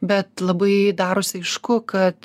bet labai darosi aišku kad